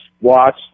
watch